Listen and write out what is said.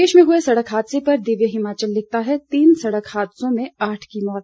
प्रदेश में हुए सड़क हादसे पर दिव्य हिमाचल लिखता है तीन सड़क हादसों में आठ की मौत